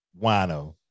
wino